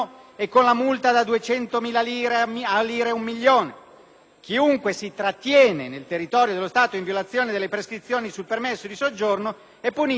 Chiunque si trattiene nel territorio dello Stato, in violazione delle prescrizioni sul permesso di soggiorno, è punito con l'arresto fino a tre mesi e con l'ammenda fino a 400.000 lire».